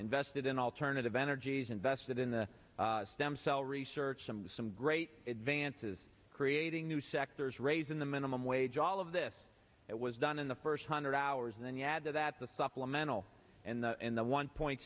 invested in alternative energies invested in the stem cell research some some great advances creating new sectors raising the minimum wage all of this that was done in the first hundred hours and then you add to that the supplemental and in the one point